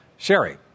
Sherry